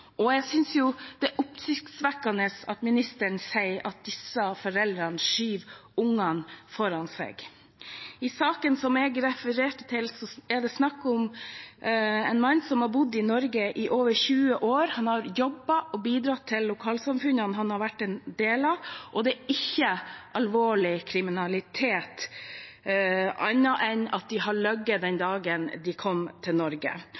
og jeg synes det er oppsiktsvekkende at ministeren sier at disse foreldrene skyver ungene foran seg. I den ene saken jeg refererte til, er det snakk om en mann som har bodd i Norge i over 20 år. Han har jobbet og bidratt til lokalsamfunnene han har vært en del av. Det er heller ikke alvorlig kriminalitet, annet enn at de løy den dagen de kom til Norge.